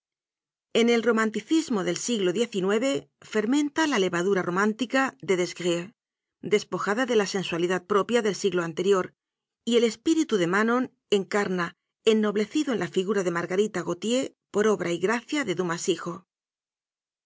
en el romanticismo del siglo xix fermenta la leva dura romántica de des grieux despojada de la sensualidad propia del siglo anterior y el espíri tu de manon encama ennoblecido en la figura de margarita gauthier por obra y gracia de